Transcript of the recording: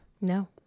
No